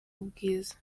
ubwiza